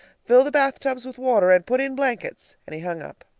fill the bathtubs with water and put in blankets. and he hung up.